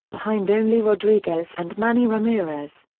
behind only rodriguez and manny ramirez.